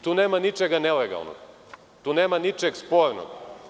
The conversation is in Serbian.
Tu nema ničeg nelegalnog, tu nema ničeg spornog.